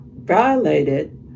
violated